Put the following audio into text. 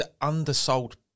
undersold